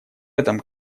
этом